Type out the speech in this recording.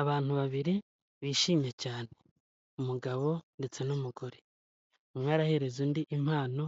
Abantu babiri bishimye cyane umugabo ndetse n'umugore, umwe arahereza undi impano